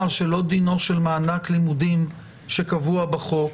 שלא דינו של מענק לימודים שקבוע בחוק,